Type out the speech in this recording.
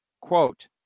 Quote